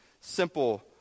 simple